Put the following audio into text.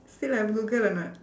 still have google or not